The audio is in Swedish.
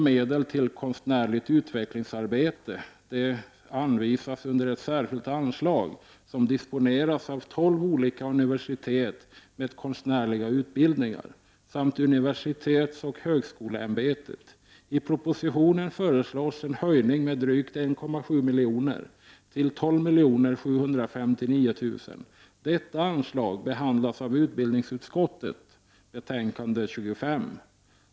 Medel till konstnärligt utvecklingsarbete anvisas under ett särskilt anslag som disponeras av tolv olika universitet med konstnärliga utbildningar samt universitetsoch högskoleämbetet. I propositionen föreslås en höjning med drygt 1,7 milj.kr. till 12 759 000 kr. Detta anslag behandlas i utbildningsutskottets betänkande UbU2S.